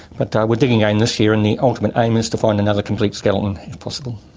but we are digging again this year and the ultimate aim is to find another complete skeleton if possible.